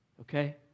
Okay